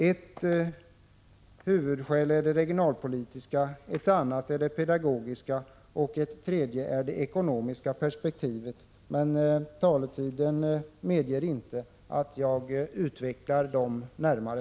Ett huvudskäl är det regionalpolitiska, ett annat är det pedagogiska och ett tredje är det ekonomiska. Men taletiden medger inte att jag utvecklar det närmare.